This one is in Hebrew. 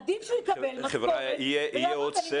עדיף שהוא יקבל משכורת ויעבוד.